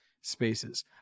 spaces